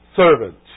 servant